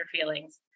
feelings